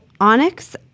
onyx